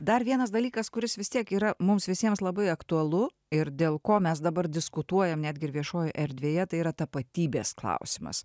dar vienas dalykas kuris vis tiek yra mums visiems labai aktualu ir dėl ko mes dabar diskutuojam netgi ir viešojoj erdvėje tai yra tapatybės klausimas